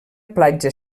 platja